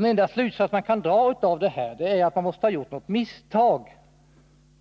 Den enda slutsats man kan dra är att det måste ha begåtts ett misstag